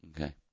Okay